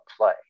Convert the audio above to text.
play